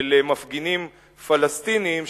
של מפגינים פלסטינים,